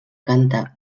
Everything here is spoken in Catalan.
canta